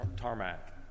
tarmac